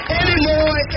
anymore